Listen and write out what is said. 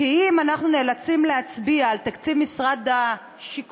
כי אם אנחנו נאלצים להצביע על תקציב משרד השיכון,